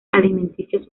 alimenticios